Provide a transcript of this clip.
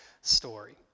story